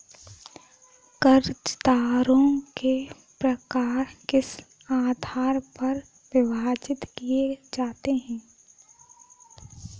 कर्जदारों के प्रकार किस आधार पर विभाजित किए जाते हैं?